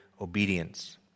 obedience